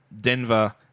Denver